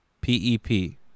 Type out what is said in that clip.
P-E-P